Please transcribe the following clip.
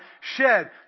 shed